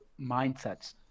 mindsets